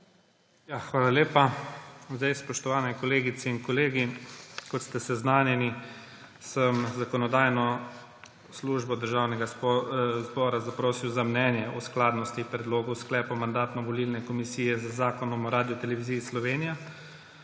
Hvala lepa. Spoštovani kolegice in kolegi, kot ste seznanjeni, sem Zakonodajno-pravno službo Državnega zbora zaprosil za mnenje o skladnosti predlogov sklepov Mandatno-volilne komisije z Zakonom o Radioteleviziji Slovenija.